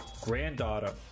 granddaughter